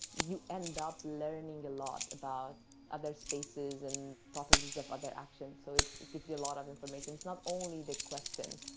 you end up learning a lot about other spaces and properties of other actions, so it gives you a lot of information. it's not only the question,